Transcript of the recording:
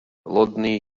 lodný